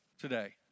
today